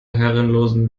herrenlosen